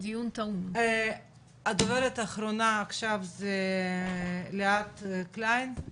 הדוברת האחרונה עכשיו, ליאת קליין,